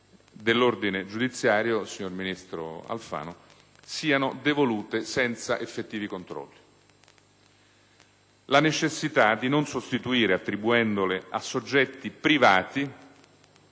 dell'ordine giudiziario), signor ministro Alfano, siano devolute senza effettivi controlli. La necessità di non sostituire, attribuendole a soggetti privati,